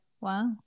wow